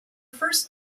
first